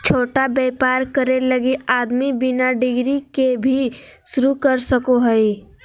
छोटा व्यापर करे लगी आदमी बिना डिग्री के भी शरू कर सको हइ